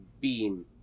beam